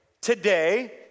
today